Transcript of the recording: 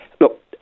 Look